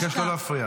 אני מבקש לא להפריע.